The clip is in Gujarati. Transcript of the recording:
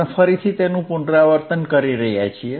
આપણે ફરીથી તેનું પુનરાવર્તન કરી રહ્યા છીએ